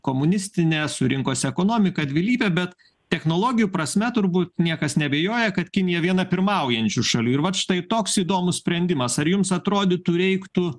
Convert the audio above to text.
komunistinė su rinkos ekonomika dvilypė bet technologijų prasme turbūt niekas neabejoja kad kinija viena pirmaujančių šalių ir vat štai toks įdomus sprendimas ar jums atrodytų reiktų